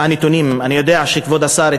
אני יודע שכבוד השר,